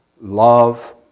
love